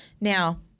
Now